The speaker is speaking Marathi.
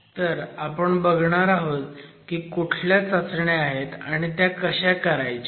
तर आपण बघणार आहोत की कुठल्या चाचण्या आहेत आणि त्या कशा करायच्या